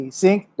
sync